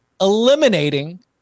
eliminating